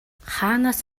хаанаас